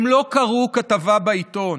הן לא קראו כתבה בעיתון,